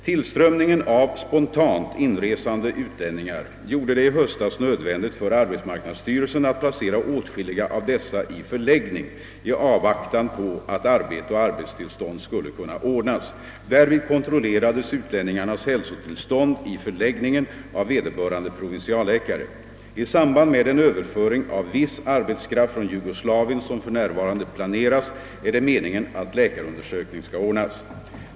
Tillströmningen av spontant inresande utlänningar gjorde det i höstas nödvändigt för arbetsmarknadsstyrelsen att placera åtskilliga av dessa i förläggning i avvaktan på att arbete och arbetstillstånd skulle kunna ordnas. Därvid kontrollerades utlänningarnas hälsotillstånd i förläggningen av vederbörande provinsialläkare. I samband med den överföring av viss arbetskraft från Jugoslavien som för närvarande planeras är det meningen att läkarundersökning skall ordnas.